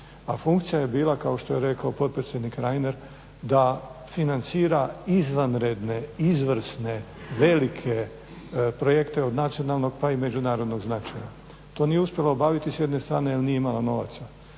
a funkcija je bila, kao što je rekao potpredsjednik Reiner da financira izvanredne, izvrsne, velike projekte od nacionalnog pa i međunarodnog značaja. To nije uspjela obaviti s jedne strane jer nije imala novaca,